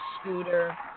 scooter